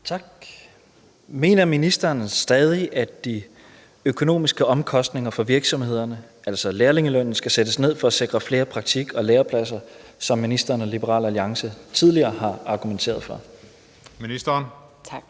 (S): Mener ministeren stadig, at de økonomiske omkostninger for virksomhederne, altså lærlingelønnen, skal sættes ned for at sikre flere praktik- og lærepladser, som ministeren og Liberal Alliance tidligere har argumenteret for? Tredje